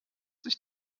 sich